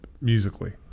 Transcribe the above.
musically